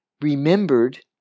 remembered